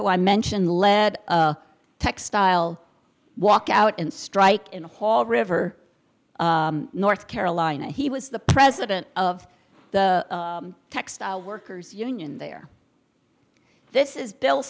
who i mentioned led textile walkout and strike in the hall river north carolina he was the president of the textile workers union there this is bill